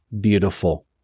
beautiful